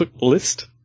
list